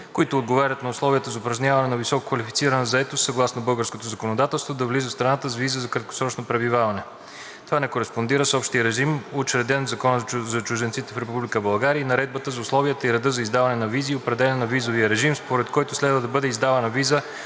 които отговарят на условията за упражняване на висококвалифицирана заетост съгласно българското законодателство, да влизат в страната с виза за краткосрочно пребиваване. Това не кореспондира с общия режим, уреден в Закона за чужденците в Република България (ЗЧРБ) и Наредбата за условията и реда за издаване на визи и определяне на визовия режим, според който следва да бъде издавана виза